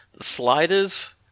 sliders